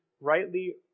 rightly